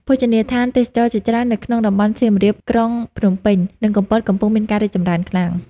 ភោជនីយដ្ឋានទេសចរណ៍ជាច្រើននៅក្នុងតំបន់សៀមរាប ក្រុងភ្នំពេញ និង កំពតកំពុងមានការរីកចម្រើនខ្លាំង។